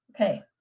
Okay